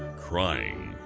crying.